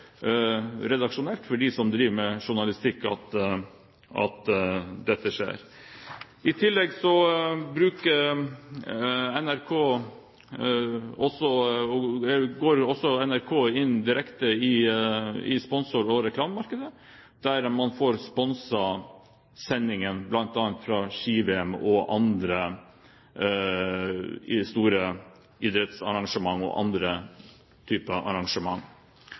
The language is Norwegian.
redaksjonelt hos dem som driver med journalistikk. I tillegg går NRK direkte inn i sponsor- og reklamemarkedet, der man får sponset sendingen, bl.a. fra ski-VM og andre store idrettsarrangement, og andre typer arrangement.